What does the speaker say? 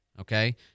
okay